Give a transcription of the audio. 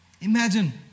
imagine